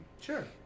sure